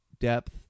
depth